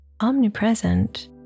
omnipresent